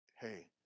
hey